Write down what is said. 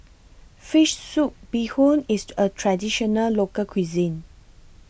Fish Soup Bee Hoon IS A Traditional Local Cuisine